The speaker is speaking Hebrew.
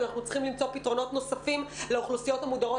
אבל אנחנו צריכים למצוא פתרונות נוספים לאוכלוסיות המודרות